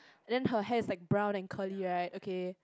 then her hair is like brown and curly right okay